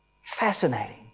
Fascinating